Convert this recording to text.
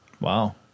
Wow